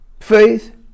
faith